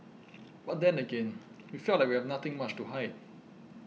but then again we felt like we have nothing much to hide